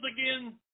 again